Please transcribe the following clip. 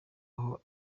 aho